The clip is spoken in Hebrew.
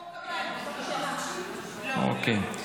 אוקיי.